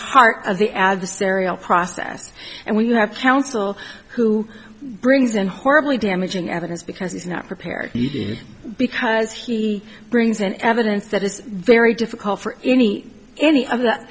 the adversarial process and when you have counsel who brings in horribly damaging evidence because he's not prepared because he brings in evidence that it's very difficult for any any of that